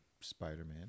spider-man